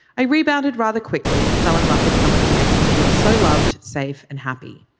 i rebounded rather quickly and fell in love with someone who makes me feel so loved safe and happy.